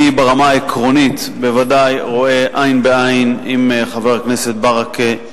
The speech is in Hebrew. אני ברמה העקרונית ודאי רואה עין בעין עם חבר הכנסת ברכה,